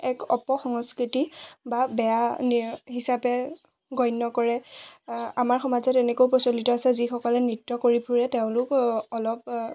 এক অপ সংস্কৃতি বা বেয়া নি হিচাপে গণ্য কৰে আমাৰ সমাজত এনেকেও প্ৰচলিত আছে যিসকলে নৃত্য কৰি ফুৰে তেওঁলোক অলপ